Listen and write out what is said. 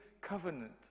covenant